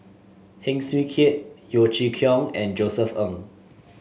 Heng Swee Keat Yeo Chee Kiong and Josef Ng